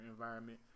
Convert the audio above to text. environment